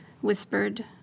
whispered